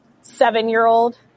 seven-year-old